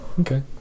Okay